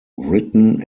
written